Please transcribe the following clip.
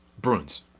Bruins